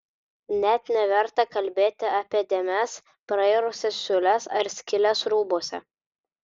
net neverta kalbėti apie dėmes prairusias siūles ar skyles rūbuose